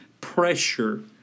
pressure